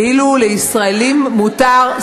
כאילו לישראלים מותר,